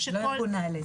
זה לא ארגון נעל"ה,